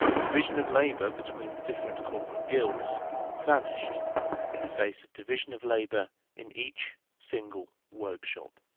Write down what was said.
division of labour between the different corporate guilds vanished in the face of division of labour in each single workshop.